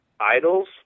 idols